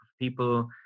people